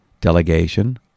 Delegation